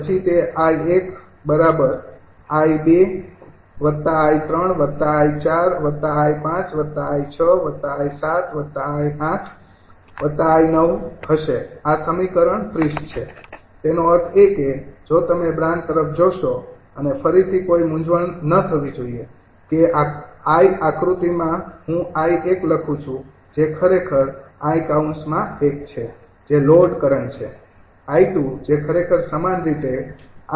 પછી તે 𝐼૧ 𝑖૨𝑖૩𝑖૪𝑖૫𝑖૬𝑖૭𝑖૮𝑖૯ હશે આ સમીકરણ ૩૦ છે તેનો અર્થ એ કે જો તમે બ્રાન્ચ તરફ જોશો અને ફરીથી કોઈ મૂંઝવણ ન થવી જોઈએ કે 𝑖 આકૃતિમાં હું 𝐼૧લખું છું જે ખરેખર 𝐼૧ છે જે લોડ કરંટ છે 𝑖૨ જે ખરેખર સમાન રીતે 𝑖૨ છે